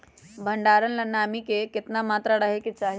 भंडारण ला नामी के केतना मात्रा राहेके चाही?